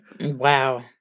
Wow